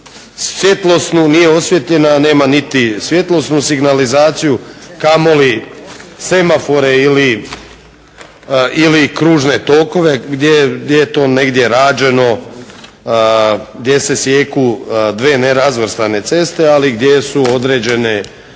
svjetlosnu, nije osvijetljena, a nema niti svjetlosnu signalizaciju kamoli semafore ili kružne tokove gdje je to negdje rađeno gdje se sijeku dvije nerazvrstane ceste, ali i gdje su određeni